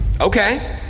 Okay